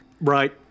right